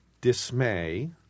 dismay